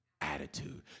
attitude